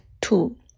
two